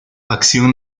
acción